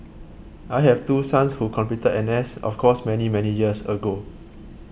I have two sons who completed N S of course many many years ago